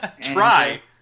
try